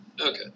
Okay